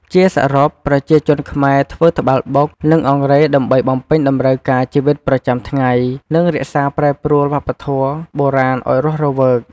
ជាសរុប ប្រជាជនខ្មែរធ្វើត្បាល់បុក និងអង្រែដើម្បីបំពេញតម្រូវការជីវិតប្រចាំថ្ងៃ និងរក្សាប្រែប្រួលវប្បធម៌បុរាណឲ្យរស់រវើក។